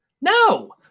No